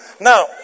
Now